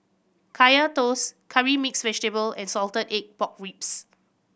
Kaya Toast Curry Mixed Vegetable and salted egg pork ribs